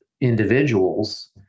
individuals